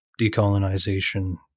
decolonization